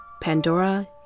Pandora